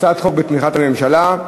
הצעת חוק בתמיכת הממשלה.